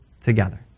together